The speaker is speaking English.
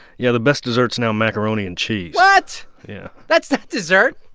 yeah. the best dessert's now macaroni and cheese what? yeah that's not dessert.